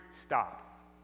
Stop